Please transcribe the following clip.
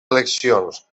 eleccions